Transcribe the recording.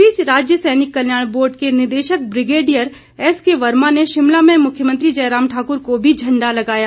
इस बीच राज्य सैनिक कल्याण बोर्ड के निदेशक ब्रिगेडियर एसकेवर्मा ने शिमला में मुख्यमंत्री जयराम ठाक्र को भी झण्डा लगाया